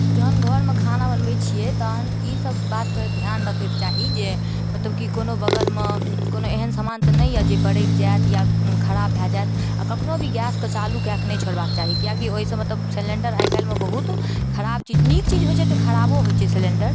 जहन घरमे खाना बनबय छियै तहन ई सब बातके ध्यान रखयके चाही जे की कतहु की कोनो बगलमे कोनो एहन सामान तऽ नहि यऽ जे बड़कि जायत या खराप भए जायत आओर कखनो भी गैसके चालू कयके नहि छोड़बाक चाही कियक कि ओइसब मे तऽ सिलिण्डर आइ काल्हिमे बहुत खराप चीज नीक चीज होइ छै तऽ खराबो होइ छै सिलिण्डर